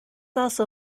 also